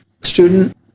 student